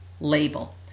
Label